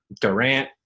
Durant